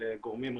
לגורמים רחבים.